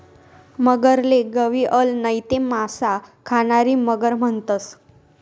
मगरले गविअल नैते मासा खानारी मगर म्हणतंस